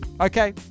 Okay